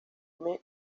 young